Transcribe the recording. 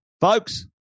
folks